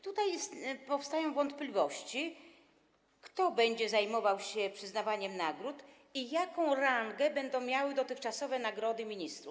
Tutaj powstają wątpliwości, kto będzie zajmował się przyznawaniem nagród i jaką rangę będą miały dotychczasowe nagrody ministrów.